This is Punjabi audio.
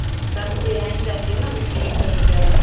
ਹਾਂ ਸਾਨੂੰ ਵੀ ਹੈ ਵੀ ਦੱਸ ਦਿਓ ਨਾ ਫੀਸ ਵਗੈਰਾ